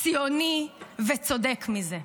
ציוני וצודק מזה.